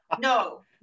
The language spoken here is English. No